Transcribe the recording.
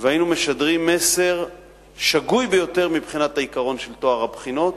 והיינו משדרים מסר שגוי ביותר מבחינת העיקרון של טוהר הבחינות.